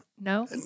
No